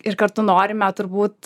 ir kartu norime turbūt